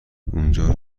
اونجا